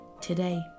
today